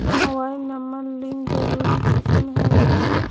Mobile number link जरुरी कुंसम है की?